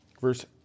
Verse